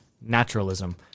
naturalism